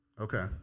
Okay